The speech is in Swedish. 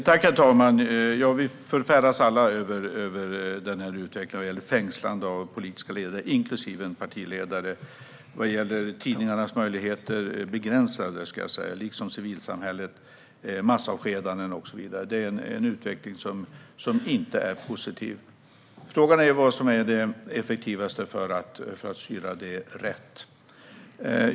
Herr talman! Vi förfäras alla över utvecklingen vad gäller fängslande av politiska ledare, inklusive en partiledare. Tidningarnas möjligheter är begränsade, liksom civilsamhällets. Vi ser massavskedanden och så vidare. Det är en utveckling som inte är positiv. Frågan är vad som är det effektivaste för att styra detta rätt.